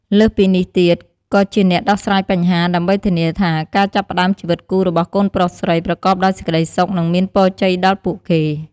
លើសពីនេះទៀត ក៏ជាអ្នកដោះស្រាយបញ្ហា ដើម្បីធានាថាការចាប់ផ្តើមជីវិតគូរបស់កូនប្រុសស្រីប្រកបដោយសេចក្តីសុខ និងមានពរជ័យដល់ពួកគេ។